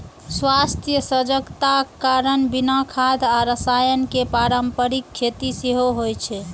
स्वास्थ्य सजगताक कारण बिना खाद आ रसायन के पारंपरिक खेती सेहो होइ छै